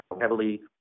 heavily